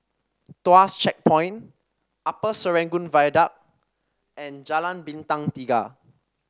Tuas Checkpoint Upper Serangoon Viaduct and Jalan Bintang Tiga